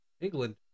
England